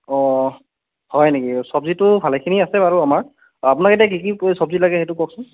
অঁ হয় নেকি চব্জিটো ভালেখিনি আছে বাৰু আমাৰ আপোনাক এতিয়া কি কি এই চব্জি লাগে সেইটো কওকচোন